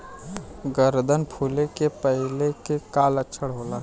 गर्दन फुले के पहिले के का लक्षण होला?